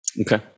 Okay